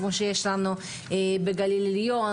כמו שיש לנו בגליל עליון,